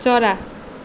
चरा